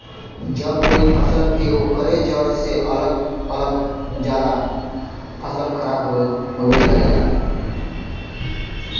जब कोई फसल के ओकरे जड़ से अलग करल जाला फसल खराब होये लगला